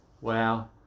wow